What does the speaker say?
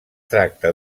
tracta